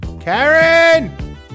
karen